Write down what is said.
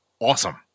awesome